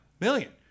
million